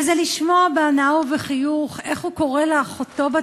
וזה לשמוע בהנאה ובחיוך איך הוא קורא לאחותו בת